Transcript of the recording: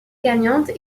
gagnante